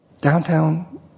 Downtown